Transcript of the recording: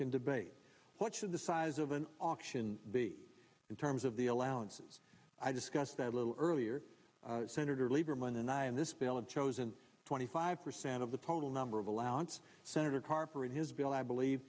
can debate what should the size of an auction be in terms of the allowances i discussed that a little earlier senator lieberman and i in this bill and chosen twenty five percent of the total number of allowance senator carper and his bill i believe